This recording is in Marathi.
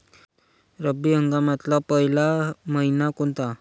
रब्बी हंगामातला पयला मइना कोनता?